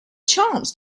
chance